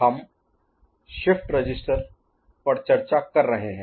हम shift register पर चर्चा कर रहे हैं